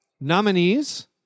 nominees